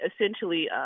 essentially